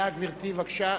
גברתי, בבקשה.